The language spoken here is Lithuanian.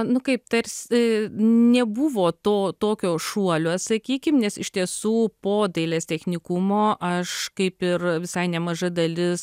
nu kaip tars i nebuvo to tokio šuolio sakykim nes iš tiesų po dailės technikumo aš kaip ir visai nemaža dalis